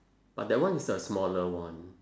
but that one is a smaller one